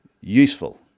useful